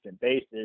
basis